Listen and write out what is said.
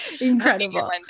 Incredible